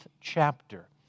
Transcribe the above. chapter